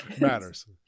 Matters